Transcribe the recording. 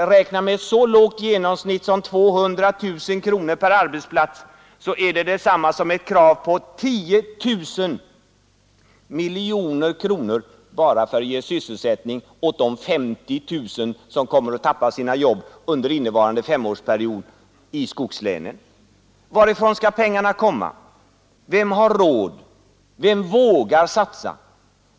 Men räkna med ett så lågt genomsnitt som 200 000 kronor per arbetsplats. Det blir då detsamma som ett krav på 10 000 miljoner kronor bara för att ge sysselsättning åt de 50 000 människor i skogslänen som kommer att tappa sina jobb under innevarande femårsperiod. Varifrån skall de pengarna komma? Vem har råd? Vem vågar satsa?